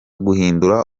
guhindura